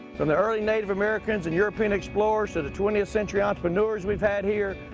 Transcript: and the early native americans and european explorers to the twentieth century entrepreneurs we've had here,